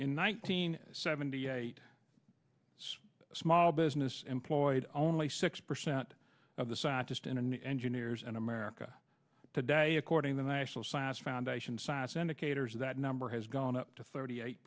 one teen seventy eight it's a small business employed only six percent of the scientist in a new engineers in america today according the national science foundation science indicators that number has gone up to thirty eight